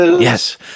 Yes